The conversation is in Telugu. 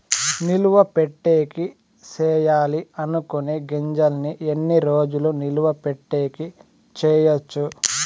నిలువ పెట్టేకి సేయాలి అనుకునే గింజల్ని ఎన్ని రోజులు నిలువ పెట్టేకి చేయొచ్చు